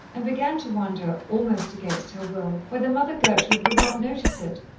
and began to wonder, almost against her will, whether mother gertrude would not notice it,